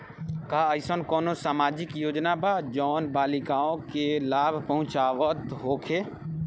का एइसन कौनो सामाजिक योजना बा जउन बालिकाओं के लाभ पहुँचावत होखे?